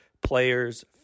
players